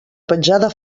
petjada